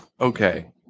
Okay